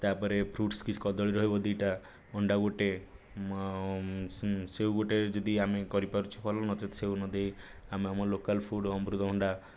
ତାପରେ ଫ୍ରୁଟସ୍ କିଛି କଦଳୀ ରହିବ ଦୁଇଟା ଅଣ୍ଡା ଗୋଟିଏ ଆଉ ସେଓ ଗୋଟିଏ ଯଦି ଆମେ କରିପାରୁଛୁ ଭଲ ନଚେତ ସେଓ ନଦେଇ ଆମେ ଆମ ଲୋକାଲ୍ ଫ୍ରୁଟ୍ ଅମୃତଭଣ୍ଡା